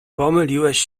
pomyliłeś